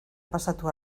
pasatu